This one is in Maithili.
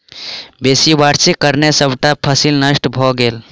बेसी वर्षाक कारणें सबटा फसिल नष्ट भ गेल